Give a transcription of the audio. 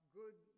good